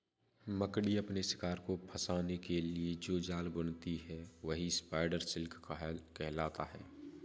मकड़ी अपने शिकार को फंसाने के लिए जो जाल बुनती है वही स्पाइडर सिल्क कहलाता है